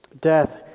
death